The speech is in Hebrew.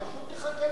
פשוט תחכה למחר.